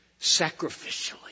sacrificially